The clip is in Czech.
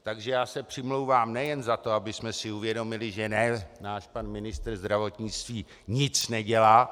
Takže já se přimlouvám nejen za to, abychom si uvědomili, že ne náš pan ministr zdravotnictví nic nedělá.